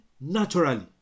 naturally